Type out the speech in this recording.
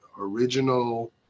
original